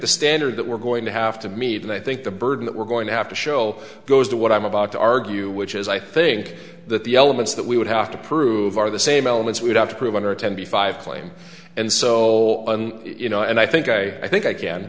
the standard that we're going to have to meet and i think the burden that we're going to have to show goes to what i'm about to argue which is i think that the elements that we would have to prove are the same elements we'd have to prove under ten b five claim and so you know and i think i i think